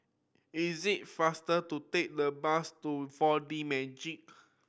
is the faster to take the bus to Four D Magix